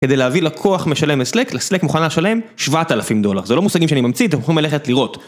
כדי להביא לקוח משלם ל-slack, slack מוכנה שלם 7,000 דולר. זה לא מושגים שאני ממציא, אתם יכולים ללכת לראות.